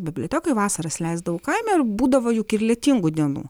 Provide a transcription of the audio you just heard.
bibliotekoj vasaras leisdavau kaime būdavo juk ir lietingų dienų